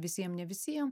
visiem ne visiem